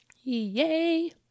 Yay